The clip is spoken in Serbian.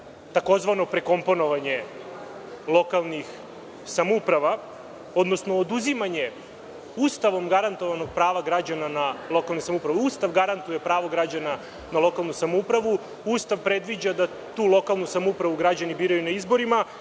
takozvano prekomponovanje lokalnih samouprava, odnosno oduzimanje Ustavom garantovanog prava građana na lokalne samouprave. Ustav garantuje pravo građana na lokalnu samoupravu. Ustav predviđa da tu lokalnu samoupravu građani biraju na izborima